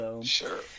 Sure